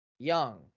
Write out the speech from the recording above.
Young